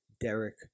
Derek